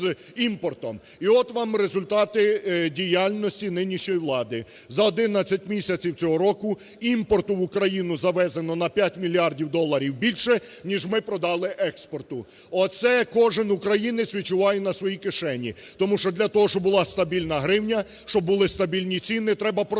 І от вам результати діяльності нинішньої влади. За 11 місяців цього року імпорту в Україну завезено на 5 мільярдів доларів більше, ніж ми продали експорту. Оце кожен українець відчуває на своїй кишені. Тому що для того, щоб була стабільна гривня, щоб були стабільні ціни, треба продавати